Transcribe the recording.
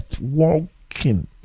walking